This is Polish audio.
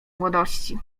młodości